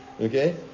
Okay